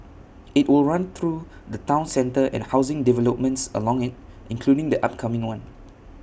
IT will run through the Town centre and housing developments along IT including the upcoming one